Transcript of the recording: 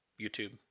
YouTube